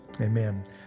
Amen